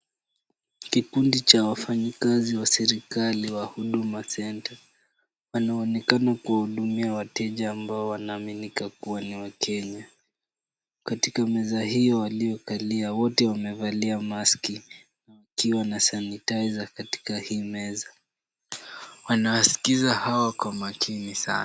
Kikundi cha wafanyikazi wa serikali wa Huduma Centre wanaonekana kuwahudumia wateja ambao wanaaminika kuwa ni wakenya. Katika meza hiyo waliokalia, wote wamevalia mask wakiwa na sanitizer katika hii meza. Wanasikiza hao kwa makini sana.